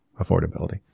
affordability